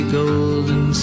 golden